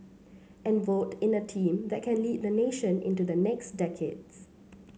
and vote in a team that can lead the nation into the next decades